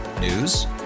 News